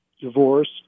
divorce